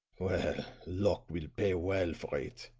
well, locke will pay well for it,